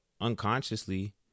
unconsciously